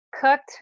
cooked